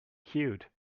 cute